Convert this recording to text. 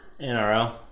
NRL